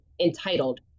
entitled